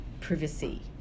privacy